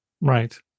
Right